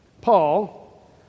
Paul